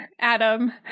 Adam